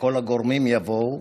שכל הגורמים יבואו